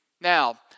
Now